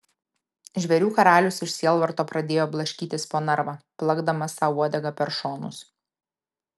žvėrių karalius iš sielvarto pradėjo blaškytis po narvą plakdamas sau uodega per šonus